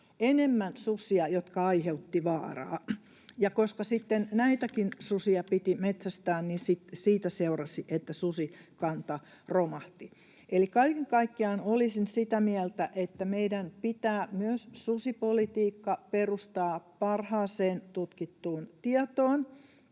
enemmän susia, jotka aiheuttivat vaaraa. Koska sitten näitäkin susia piti metsästää, niin siitä seurasi, että susikanta romahti. Eli kaiken kaikkiaan olisin sitä mieltä, että meidän pitää myös susipolitiikka perustaa parhaaseen tutkittuun tietoon